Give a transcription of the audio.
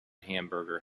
hamburger